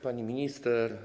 Pani Minister!